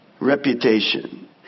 Reputation